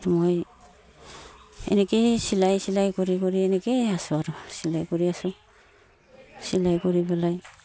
মই এনেকৈয়ে চিলাই চিলাই কৰি কৰি এনেকৈয়ে আছো আৰু চিলাই কৰি আছো চিলাই কৰি পেলাই মই